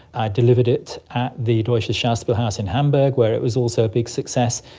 i delivered it at the deutsches schauspielhaus in hamburg where it was also a big success.